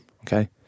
okay